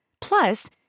Plus